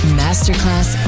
masterclass